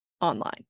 online